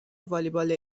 والیبال